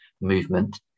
movement